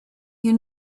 you